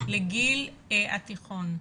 לגיל התיכון.